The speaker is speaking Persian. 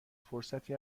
فرصتی